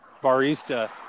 barista